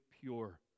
pure